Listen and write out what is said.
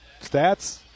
stats